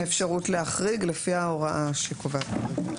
אפשרות להחריג לפי ההוראה שקובעת.